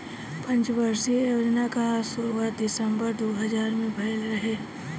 पंचवर्षीय योजना कअ शुरुआत दिसंबर दू हज़ार में भइल रहे